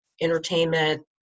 entertainment